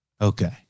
Okay